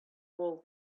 all